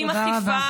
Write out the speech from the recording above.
תודה רבה.